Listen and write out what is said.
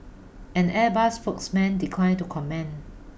an Airbus spokesman declined to comment